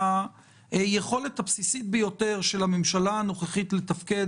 ביכולת הבסיסית ביותר של הממשלה הנוכחית לתפקד.